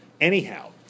Anyhow